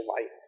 life